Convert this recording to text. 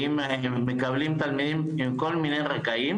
מקבלים תלמידים עם כל מיני רקעים